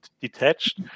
detached